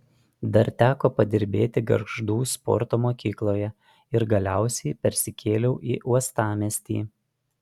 dar teko padirbėti gargždų sporto mokykloje ir galiausiai persikėliau į uostamiestį